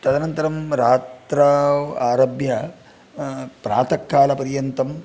तदनन्तरं रात्रौ आरभ्य प्रातः कालपर्यन्तं